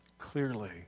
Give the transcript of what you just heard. clearly